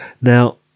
Now